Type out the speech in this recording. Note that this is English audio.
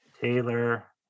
taylor